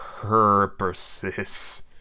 purposes